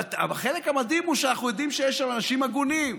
והחלק המדהים הוא שאנחנו יודעים שיש שם אנשים הגונים.